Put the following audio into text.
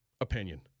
opinion